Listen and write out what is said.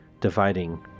dividing